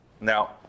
Now